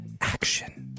action